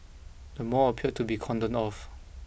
the mall appeared to be cordoned off